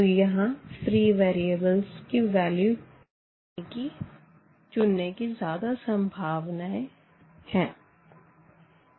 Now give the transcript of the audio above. तो यहाँ वेरिएबल्स की वैल्यू चुनने की ज्यादा संभावनाएं है